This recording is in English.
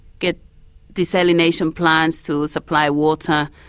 get desalination plants to supply water,